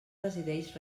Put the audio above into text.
resideix